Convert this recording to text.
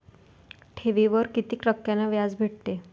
ठेवीवर कितीक टक्क्यान व्याज भेटते?